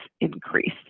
increase